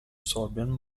sorbian